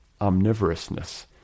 omnivorousness